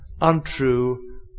untrue